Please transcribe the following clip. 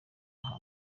aha